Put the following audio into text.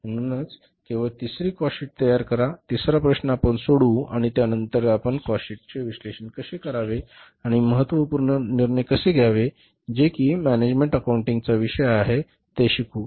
म्हणूनच केवळ तिसरी कॉस्ट शीट तयार करा तिसरा प्रश्न आपण सोडवू आणि त्यानंतर आपण कॉस्ट शीटचे विश्लेषण कसे करावे आणि महत्त्वपूर्ण निर्णय कसे घ्यावे जो की मॅनेजमेंट अकाउंटिंग चा विषय आहे ते शिकू